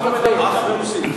אנחנו מצביעים.